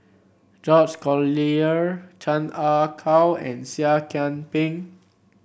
George Collyer Chan Ah Kow and Seah Kian Peng